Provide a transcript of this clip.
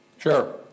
Sure